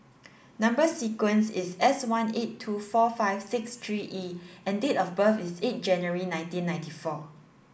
number sequence is S one eight two four five six three E and date of birth is eight January nineteen ninety four